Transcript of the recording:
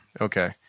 Okay